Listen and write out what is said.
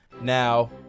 Now